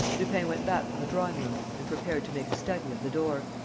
lupin went back to the drawing-room and prepared to make a study of the door.